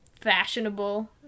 fashionable